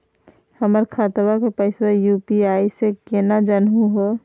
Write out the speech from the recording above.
हमर खतवा के पैसवा यू.पी.आई स केना जानहु हो?